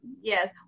yes